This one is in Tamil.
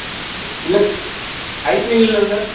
இல்லை ஐஸ் மீன் இல்யில்ல சார்